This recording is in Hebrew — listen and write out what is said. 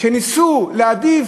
שניסו להעדיף